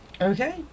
Okay